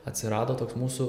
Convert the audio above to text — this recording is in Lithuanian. atsirado toks mūsų